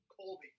Colby